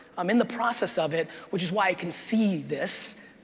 i'm in the process of it, which is why i can see this.